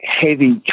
heavy